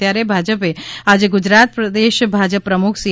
ત્યારે ભાજપે આજે ગુજરાત પ્રદેશ ભાજપ પ્રમુખ સી